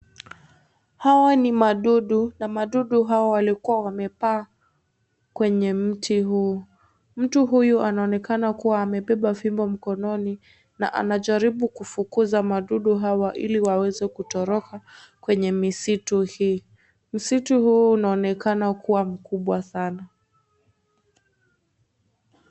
Hawa ni madudu na madudu hawa walikua wamepaa kwenye mti huu. Mtu huyu anaonekana kuwa amebeba fimbo mkononi na ajaribu kufukuza madudu hawa iliwaweze kutoroka kwenye misitu hii, msitu huu unaonekana kuwa mkubwa sana.